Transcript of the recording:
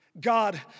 God